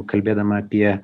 kalbėdama apie